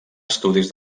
estudis